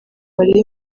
barebe